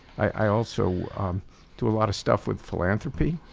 i also do a lot of stuff with philanthropy,